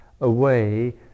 away